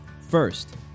First